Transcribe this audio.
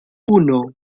uno